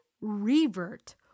revert